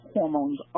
Hormones